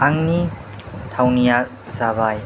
आंनि थावनिया जाबाय